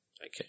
okay